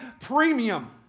premium